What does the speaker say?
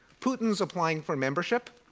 putin's applying for membership.